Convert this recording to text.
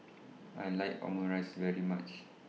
I like Omurice very much